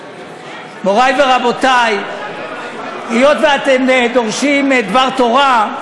מורי ורבותי, היות שאתם דורשים דבר תורה,